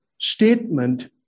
Statement